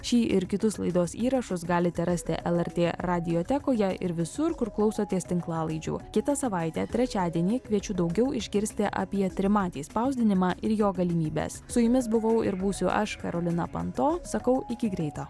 šį ir kitus laidos įrašus galite rasti lrt radiotekoje ir visur kur klausotės tinklalaidžių kitą savaitę trečiadienį kviečiu daugiau išgirsti apie trimatį spausdinimą ir jo galimybes su jumis buvau ir būsiu aš karolina panto sakau iki greito